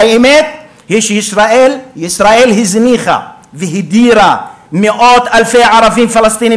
והאמת היא שישראל הזניחה והדירה מאות-אלפי ערבים פלסטינים